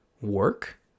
work